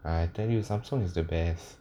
I tell you samsung is the best